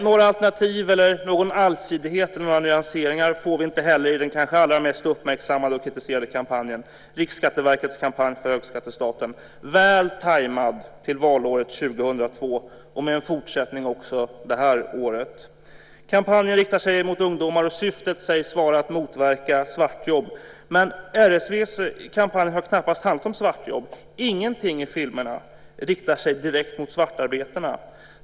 Några alternativ, allsidighet eller nyanseringar får vi inte heller i den kanske allra mest uppmärksammade och kritiserade kampanjen, nämligen Riksskatteverkets kampanj för högskattestaten, väl tajmad till valåret 2002 och med en fortsättning det här året. Kampanjen riktar sig mot ungdomar, och syftet sägs vara att motverka svartjobb. Men RSV:s kampanj har knappast handlat om svartjobb. Ingenting i filmerna riktar sig direkt mot svartarbetarna.